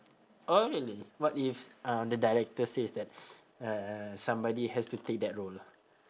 oh really what if uh the director says that uh somebody has to take that role lah